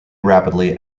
rapidly